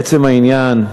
לעצם העניין,